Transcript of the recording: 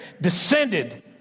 descended